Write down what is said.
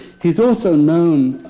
he's also known,